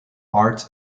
arts